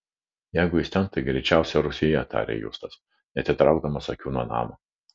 jeigu jis ten tai greičiausiai rūsyje tarė justas neatitraukdamas akių nuo namo